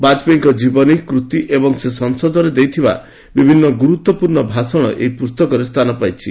ବାଜପେୟୀଙ୍କ ଜୀବନୀ କୃତି ଏବଂ ସେ ସଂସଦରେ ଦେଇଥିବା ବିଭିନ୍ନ ଗୁରୁତ୍ୱପୂର୍୍ଣ୍ଣ ଭାଷଣ ଏହି ପୁସ୍ତକରେ ସ୍ଥାନ ପାଇଛି